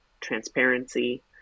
transparency